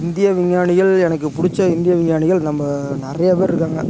இந்திய விஞ்ஞானிகள் எனக்கு பிடிச்ச இந்திய விஞ்ஞானிகள் நம்ம நிறையா பேர் இருக்காங்க